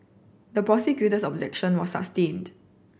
the prosecutor's objection was sustained